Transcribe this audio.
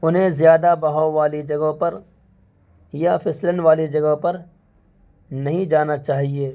انہیں زیادہ بہاؤ والی جگہوں پر یا پھسلن والی جگہوں پر نہیں جانا چاہیے